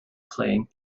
playing